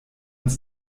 uns